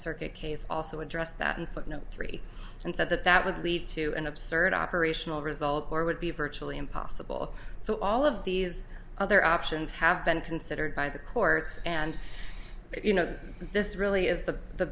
circuit case also addressed that in footnote three and said that that would lead to an absurd operational result or would be virtually impossible so all of these other options have been considered by the courts and you know this really is the the